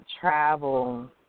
travel